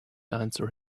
answer